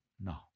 no